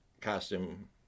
costume